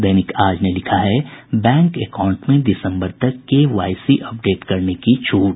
दैनिक आज ने लिखा है बैंक एकाउंट में दिसम्बर तक केवाईसी अपडेट करने की छूट